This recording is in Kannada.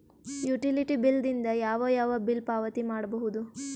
ಯುಟಿಲಿಟಿ ಬಿಲ್ ದಿಂದ ಯಾವ ಯಾವ ಬಿಲ್ ಪಾವತಿ ಮಾಡಬಹುದು?